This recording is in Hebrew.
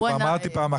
אמרתי פעם אחת,